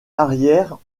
arrière